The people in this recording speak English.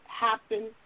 happen